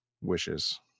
wishes